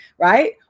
right